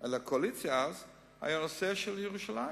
על הקואליציה אז היה הנושא של ירושלים,